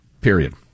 Period